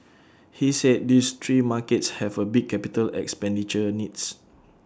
he said these three markets have A big capital expenditure needs